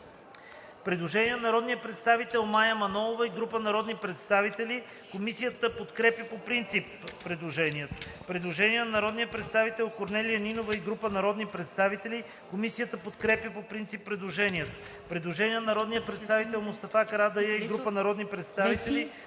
Предложение на народния представител Мая Манолова и група народни представители. Комисията подкрепя по принцип предложението. Предложение на народния представител Корнелия Нинова и група народни представители. Комисията подкрепя по принцип предложението. Предложение на народния представител Мустафа Карадайъ и група народни представители.